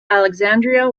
alexandria